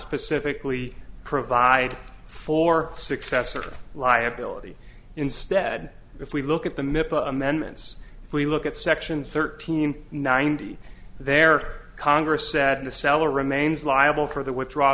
specifically provide for successor liability instead if we look at the myth of amendments if we look at section thirteen ninety there congress said the seller remains liable for the withdraw